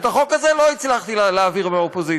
את החוק הזה לא הצלחתי להעביר מהאופוזיציה.